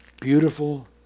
beautiful